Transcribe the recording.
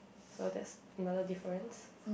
so that's another difference